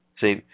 See